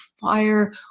fire